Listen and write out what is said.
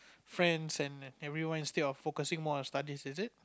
friends and everyone instead of focusing more on studies is it